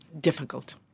difficult